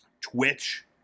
Twitch